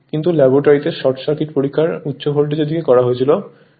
কিন্তু ল্যাবরেটরিতে short circuit পরীক্ষা উচ্চ ভোল্টেজের দিকে করা হয়েছিল